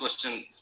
question